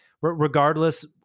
regardless